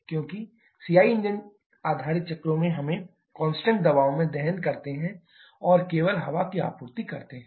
क्योंकि CI engine आधारित चक्रों में हम कांस्टेंट दबाव में दहन करते हैं और केवल हवा की आपूर्ति करते हैं